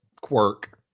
quirk